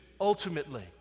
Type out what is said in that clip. ultimately